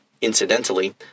incidentally